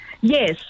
Yes